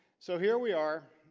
so here we are.